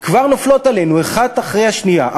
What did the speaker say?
כבר נופלות עלינו אחת אחרי השנייה,